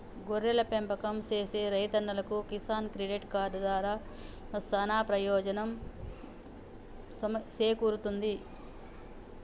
గొర్రెల పెంపకం సేసే రైతన్నలకు కిసాన్ క్రెడిట్ కార్డు దారా సానా పెయోజనం సేకూరుతుంది